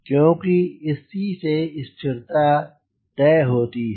क्योंकि इसी से स्थिरता तय होती है